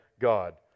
God